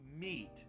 meet